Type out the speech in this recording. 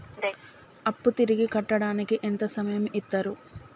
అప్పు తిరిగి కట్టడానికి ఎంత సమయం ఇత్తరు?